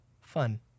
Fun